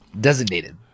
designated